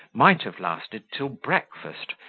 might have lasted till breakfast,